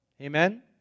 Amen